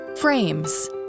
Frames